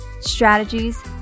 strategies